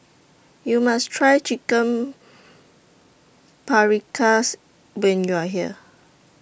YOU must Try Chicken Paprikas when YOU Are here